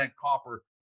copper